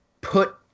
put